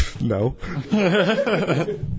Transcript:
No